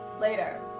Later